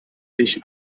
sich